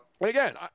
Again